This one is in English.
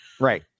right